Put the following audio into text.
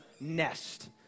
nest